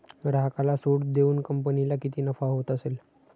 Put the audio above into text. ग्राहकाला सूट देऊन कंपनीला किती नफा होत असेल